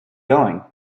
going